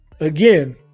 Again